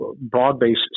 broad-based